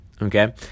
Okay